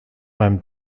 beim